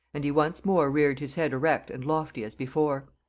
and he once more reared his head erect and lofty as before.